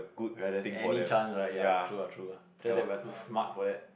while there is any change right ya lah true ah true ah just that we are too smart for that